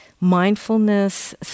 mindfulness